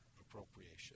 appropriation